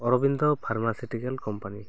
Aurobindo pharmaceutical company